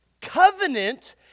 covenant